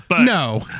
No